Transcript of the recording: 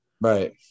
Right